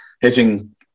hitting